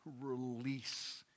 release